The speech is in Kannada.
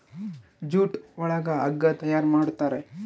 ಜೂಟ್ ಒಳಗ ಹಗ್ಗ ತಯಾರ್ ಮಾಡುತಾರೆ